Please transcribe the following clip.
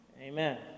Amen